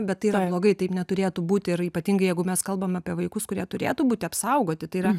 bet tai yra blogai taip neturėtų būti ir ypatingai jeigu mes kalbam apie vaikus kurie turėtų būti apsaugoti tai yra